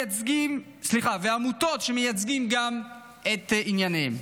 ועמותות שמייצגות גם את ענייניהן.